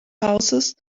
houses